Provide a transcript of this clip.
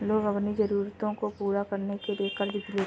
लोग अपनी ज़रूरतों को पूरा करने के लिए क़र्ज़ लेते है